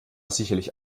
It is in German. sicherlich